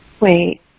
Wait